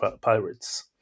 pirates